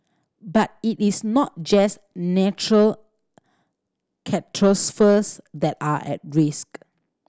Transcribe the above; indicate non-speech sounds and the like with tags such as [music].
but it is not just natural [unintelligible] that are risk